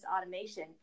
automation